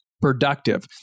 productive